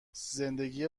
زندگی